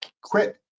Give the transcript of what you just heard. Quit